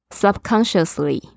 subconsciously 。